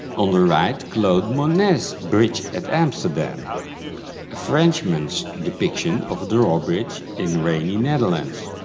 on the right, claude monet's bridge at amsterdam a frenchman's depiction of a drawbridge in rainy netherlands.